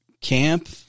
camp